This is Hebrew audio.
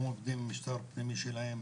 הם עובדים עם משטר פנימי שלהם,